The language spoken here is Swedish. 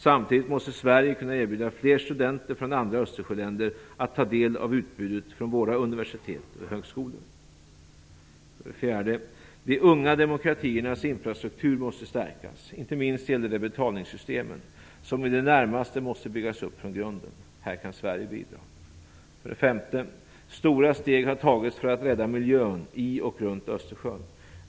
Samtidigt måste Sverige kunna erbjuda fler studenter från andra Östersjöländer att ta del av utbudet från våra universitet och högskolor. 4. De unga demokratiernas infrastruktur måste stärkas. Det gäller inte minst betalningssystemen som i det närmaste måste byggas upp från grunden. Här kan Sverige bidra. 5. Stora steg har tagits för att rädda miljön i och runt Östersjön.